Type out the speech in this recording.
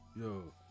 Yo